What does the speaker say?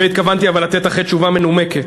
לזה התכוונתי, אבל אחרי שאתן תשובה מנומקת.